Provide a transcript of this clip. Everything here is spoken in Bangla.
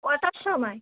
কটার সময়